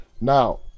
Now